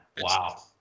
Wow